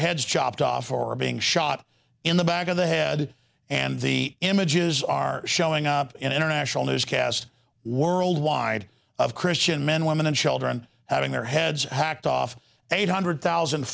heads chopped off or are being shot in the back of the head and the images are showing up in international news cast worldwide of christian men women and children having their heads hacked off eight hundred thousand